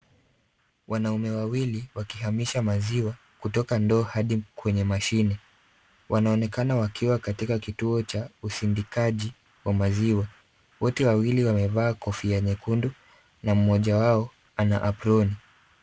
Wanaume wawili wakihamisha maziwa kutoka ndoo hadi kwenye mashine. Wanaonekana wakiwa katika kituo cha usindikaji wa maziwa. Wote wawili wamevaa kofia nyekundu na mmoja wao ana aproni.